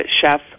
Chef